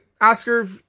Oscar